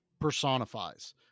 personifies